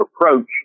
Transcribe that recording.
approach